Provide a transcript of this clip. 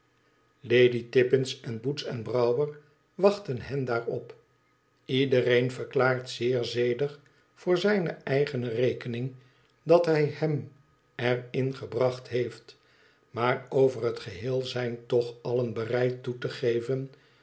vanveneering ladytippins en boots en brouwer wachten hen daar op iedereen verklaart zeer zedig voor zijne eigene rekening dat hij hem er in gebracht heeft maar over het geheel zijn toch allen bereid toe te geven